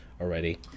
already